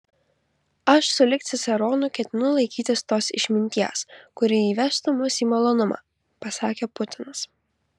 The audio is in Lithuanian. aš sulig ciceronu ketinu laikytis tos išminties kuri įvestų mus į malonumą pasakė putinas